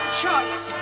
choice